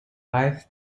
hythe